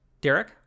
Derek